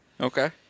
Okay